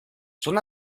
son